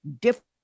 different